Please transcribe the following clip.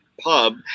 pub